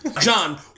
John